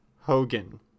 Hogan